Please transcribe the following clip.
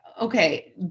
okay